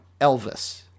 Elvis